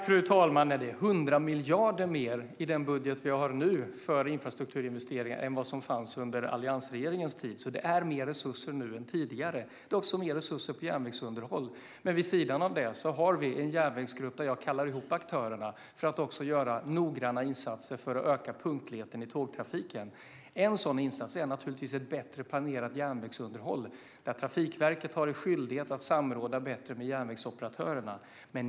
Fru talman! Det handlar om 100 miljarder mer till infrastrukturinvesteringar i den budget vi har nu än vad som fanns under alliansregeringens tid. Det är alltså mer resurser nu än tidigare. Det läggs också mer resurser på järnvägsunderhåll. Vid sidan av detta finns en järnvägsgrupp till vilken jag kallar samman aktörerna för att göra noggranna insatser så att punktligheten i tågtrafiken ökar. En sådan insats är naturligtvis ett bättre planerat järnvägsunderhåll där Trafikverket har en skyldighet att samråda bättre med järnvägsoperatörerna.